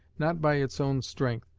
not by its own strength,